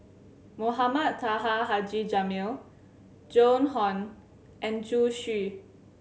Mohamed Taha Haji Jamil Joan Hon and Zhu Xu